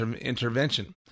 intervention